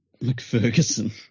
McFerguson